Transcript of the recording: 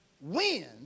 win